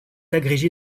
agrégé